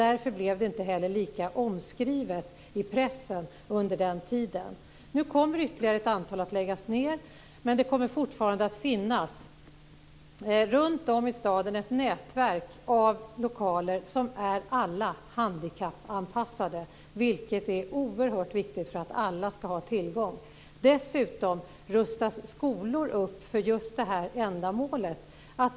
Därför blev det inte heller lika omskrivet i pressen under den tiden. Nu kommer ytterligare ett antal att läggas ned. Men det kommer fortfarande att finnas runtom i staden ett nätverk av lokaler som alla är handikappanpassade, vilket är oerhört viktigt för att alla ska ha tillgång. Dessutom rustas skolor upp för just detta ändamål.